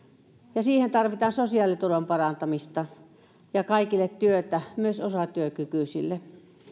ja siihen tarvitaan sosiaaliturvan parantamista ja kaikille työtä myös osatyökykyisille